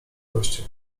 goście